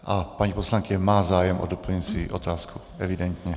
A paní poslankyně má zájem o doplňující otázku, evidentně.